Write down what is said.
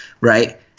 right